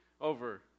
over